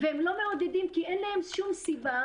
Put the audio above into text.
והם לא מעודדים, כי אין להם שום סיבה